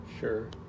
Sure